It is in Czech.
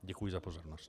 Děkuji za pozornost.